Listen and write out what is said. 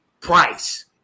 price